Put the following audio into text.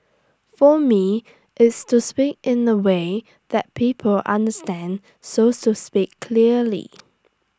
for me it's to speak in A way that people understand so to speak clearly